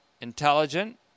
intelligent